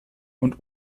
und